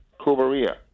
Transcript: Cubaria